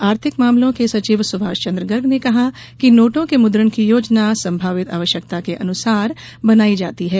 आर्थिक मामलों के सचिव सुभाष चन्द्र गर्ग ने कहा कि नोटों के मुद्रण की योजना संभावित आवश्यकता के अनुसार बनाई जाती है